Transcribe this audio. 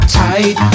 tight